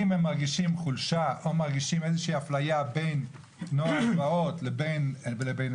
אם הם מרגישים חולשה או מרגישים איזושהי הפליה בין נוער גבעות לביניהם,